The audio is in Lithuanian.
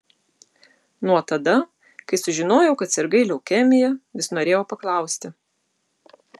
nuo tada kai sužinojau kad sirgai leukemija vis norėjau paklausti